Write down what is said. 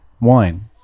wine